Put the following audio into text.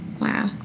Wow